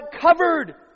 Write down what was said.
covered